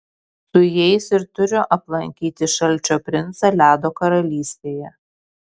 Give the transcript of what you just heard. su jais ir turiu aplankyti šalčio princą ledo karalystėje